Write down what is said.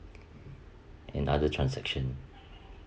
and other transaction